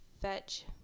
fetch